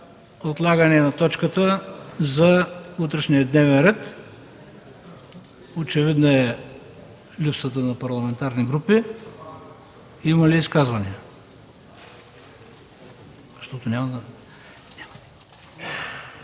отлагане на точката за утрешния дневен ред. Очевидна е липсата на парламентарни групи. Има ли изказвания?